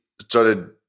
started